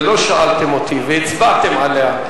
ולא שאלתם אותי והצבעתם עליה,